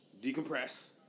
Decompress